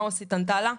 מה העו"סית ענתה לה?